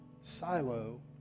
silo